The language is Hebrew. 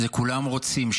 זה כולם רוצים,